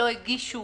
לא הגישו